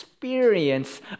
experience